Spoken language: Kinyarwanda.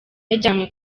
yajyanywe